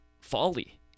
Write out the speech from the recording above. folly